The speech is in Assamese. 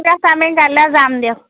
ঠিক আছে আমি কাইলৈ যাম দিয়ক